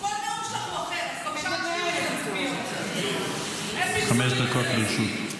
כל נאום שלך הוא אחר --- חמש דקות לרשותך.